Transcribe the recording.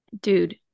dude